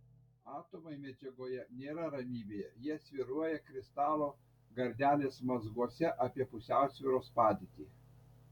atomai medžiagoje nėra ramybėje jie svyruoja kristalo gardelės mazguose apie pusiausvyros padėtį